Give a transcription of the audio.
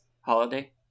holiday